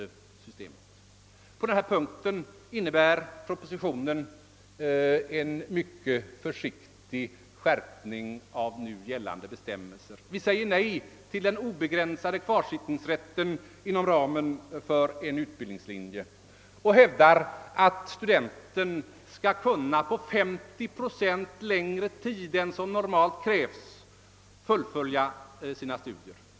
På denna punkt innebär propositionen en mycket försiktig skärpning av nu gällande bestämmelser. Vi säger nej till den obegränsade kvarsittningsrätten inom ramen för en utbildningslinje och hävdar att studenten på 50 procents längre tid än vad som normalt krävs skall kunna fullfölja sina studier.